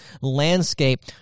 landscape